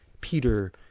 peter